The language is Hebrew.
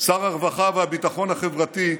שר הרווחה והביטחון החברתי,